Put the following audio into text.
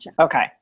Okay